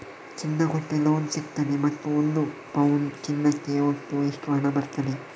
ಚಿನ್ನ ಕೊಟ್ರೆ ಲೋನ್ ಸಿಗ್ತದಾ ಮತ್ತು ಒಂದು ಪೌನು ಚಿನ್ನಕ್ಕೆ ಒಟ್ಟು ಎಷ್ಟು ಹಣ ಬರ್ತದೆ?